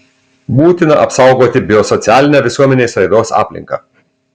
būtina apsaugoti biosocialinę visuomenės raidos aplinką